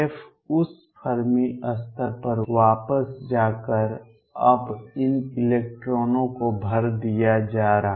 उस फर्मी स्तर पर वापस जाकर अब इन इलेक्ट्रॉनों को भर दिया जा रहा है